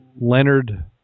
Leonard